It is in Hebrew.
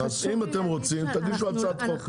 אם אתם רוצים, תגישו הצעת חוק.